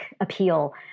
appeal